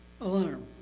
alarm